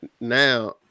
now